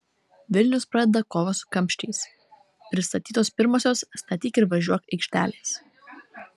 vilnius pradeda kovą su kamščiais pristatytos pirmosios statyk ir važiuok aikštelės